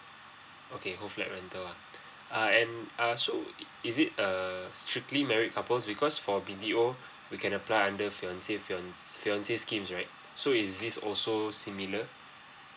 okay whole flat rental one err and uh so is it err strictly married couples because for B_T_O we can apply under fiancee fian fiancee schemes right so is this also similar